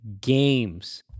games